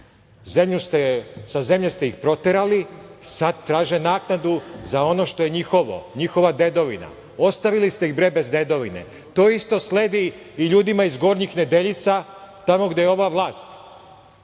zemlje ste ih proterali. Sada traže naknadu za ono što je njihovo, njihova dedovina. Ostavili ste ih, bre, bez dedovine. To isto sledi i ljudima iz Gornjih Nedeljica, tamo gde je ova vlast